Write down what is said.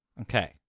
Okay